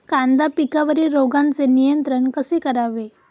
कांदा पिकावरील रोगांचे नियंत्रण कसे करावे?